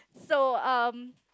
so um